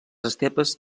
estepes